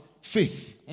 faith